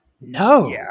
no